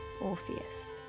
Orpheus